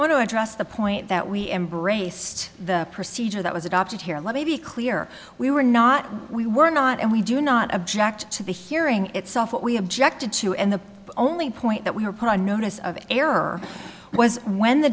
want to address the point that we embraced the procedure that was adopted here let me be clear we were not we were not and we do not object to the hearing itself what we objected to and the only point that we were put on notice of error was when the